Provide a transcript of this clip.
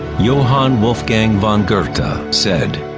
johann wolfgang von goethe but said,